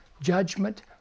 judgment